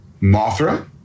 Mothra